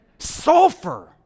sulfur